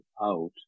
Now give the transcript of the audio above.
out